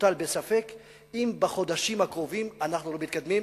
מוטל בספק אם בחודשים הקרובים אנחנו לא מתקדמים.